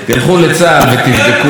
תלכו לצה"ל ותבדקו.